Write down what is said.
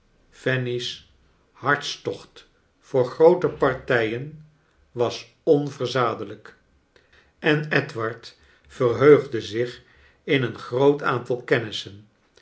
fanny's hartstocht voor groote paxtijen was onverzadelijk en edward verheugde zich in een groot aantal kennissen